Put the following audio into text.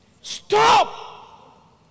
Stop